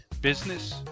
business